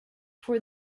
for